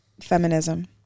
Feminism